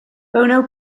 bono